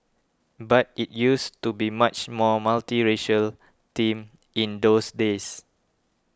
but it used to be much more multiracial team in those days